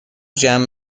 جمع